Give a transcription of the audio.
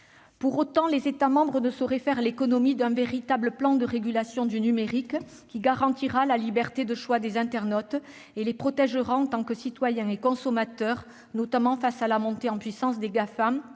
Pour autant, les États membres ne sauraient faire l'économie d'un véritable plan de régulation du numérique qui garantira la liberté de choix des internautes et les protégera en tant que citoyens et consommateurs, notamment face à la montée en puissance des Gafam